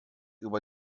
über